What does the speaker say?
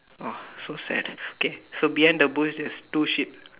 oh so sad okay so behind the bush is two sheep